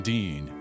Dean